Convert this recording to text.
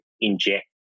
inject